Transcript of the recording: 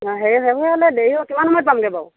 হেৰি হ'লে দেৰি কিমান সময়ত পামগৈ বাৰু